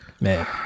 man